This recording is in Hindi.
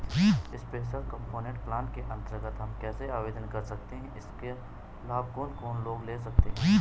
स्पेशल कम्पोनेंट प्लान के अन्तर्गत हम कैसे आवेदन कर सकते हैं इसका लाभ कौन कौन लोग ले सकते हैं?